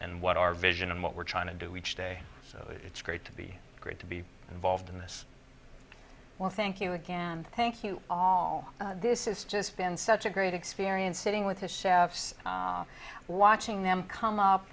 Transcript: what our vision and what we're trying to do each day so it's great to be great to be involved in this well thank you again thank you all this is just been such a great experience sitting with the chefs are watching them come up